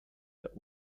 der